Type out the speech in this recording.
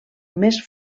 més